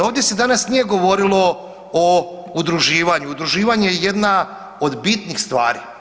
Ovdje se danas nije govorilo o udruživanju, udruživanje je jedna od bitnih stvari.